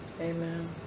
Amen